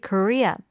Korea